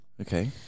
Okay